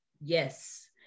Yes